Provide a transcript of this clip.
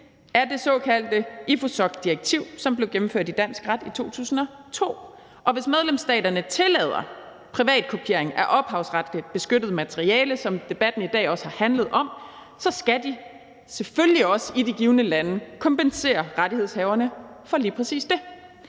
af det såkaldte Infosoc-direktiv, som blev gennemført i dansk ret i 2002, og hvis medlemsstaterne tillader privatkopiering af ophavsretligt beskyttet materiale, som debatten i dag også har handlet om, så skal de selvfølgelig også i de givne lande kompensere rettighedshaverne for lige præcis det.